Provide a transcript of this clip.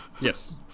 Yes